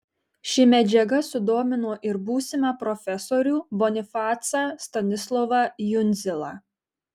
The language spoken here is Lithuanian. ši medžiaga sudomino ir būsimą profesorių bonifacą stanislovą jundzilą